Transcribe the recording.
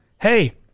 hey